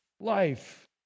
life